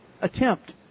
attempt